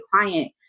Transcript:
client